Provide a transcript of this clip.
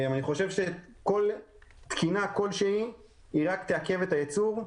אני חושב שכל תקינה רק תעכב את הייצור,